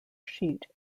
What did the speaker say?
sheet